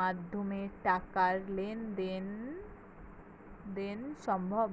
মাধ্যমে টাকার লেনদেন দেন সম্ভব?